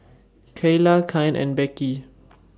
Keyla Kyan and Beckie